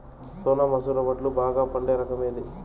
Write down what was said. సోనా మసూర వడ్లు బాగా పండే రకం ఏది